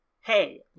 hey